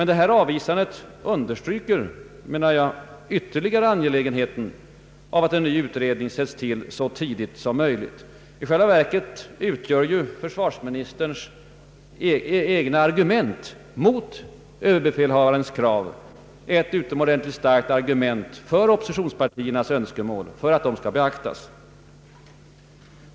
Detta understryker ytterligare angelägenheten av att en ny utredning tillsätts så tidigt som möjligt. I själva verket utgör ju försvarsministerns egna argument mot ÖB:s krav ett utomordentligt starkt argument för att oppositionspartiernas önskemål skall beaktas.